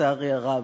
לצערי הרב.